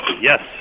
Yes